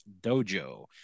Dojo